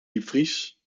diepvries